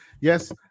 Yes